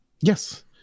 Yes